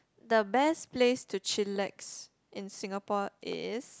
the best place to chillax in Singapore is